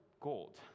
gold